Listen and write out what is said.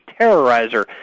terrorizer